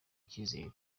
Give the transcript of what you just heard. icyizere